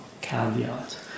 caveat